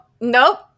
nope